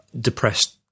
depressed